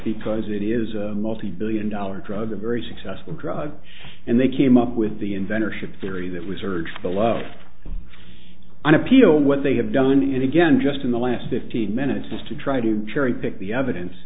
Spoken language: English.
because it is a multi billion dollar drug a very successful drug and they came up with the inventor should carry that research the love on appeal what they have done it again just in the last fifteen minutes is to try to cherry pick the evidence